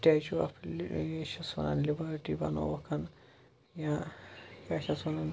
statue of یہِ چھِس وَنان لِبٲٹی بَنووُکھ یا کیٛاہ چھِ اَتھ وَنان